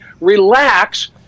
relax